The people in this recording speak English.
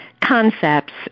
concepts